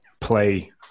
play